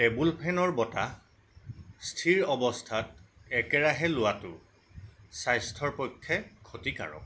table ফেনৰ বতাহ স্থিৰ অৱস্থাত একেৰাহে লোৱাটো স্বাস্থ্যৰ পক্ষে ক্ষতিকাৰক